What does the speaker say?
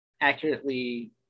accurately